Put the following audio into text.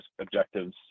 objectives